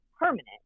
permanent